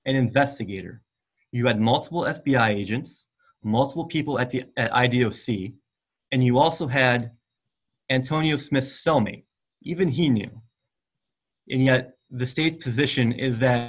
and investigator you had multiple f b i agents multiple people at the idea of c and you also had antonio smith sell me even he knew and yet the state position is that